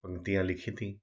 पंक्तियाँ लिखी थी